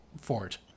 Fort